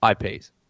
IPs